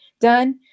done